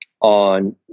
on